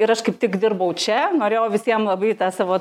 ir aš kaip tik dirbau čia norėjau visiem labai tą savo